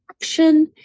action